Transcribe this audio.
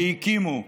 והקימו.